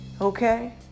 Okay